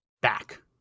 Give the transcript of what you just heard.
back